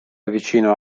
vicino